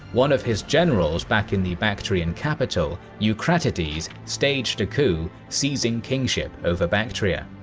one of his generals back in the bactrian capital, eucratides, staged a coup, seizing kingship over bactria.